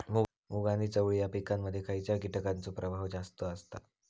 मूग आणि चवळी या पिकांमध्ये खैयच्या कीटकांचो प्रभाव जास्त असता?